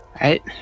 right